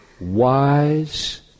wise